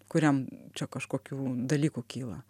kuriam čia kažkokių dalykų kyla